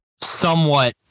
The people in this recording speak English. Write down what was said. somewhat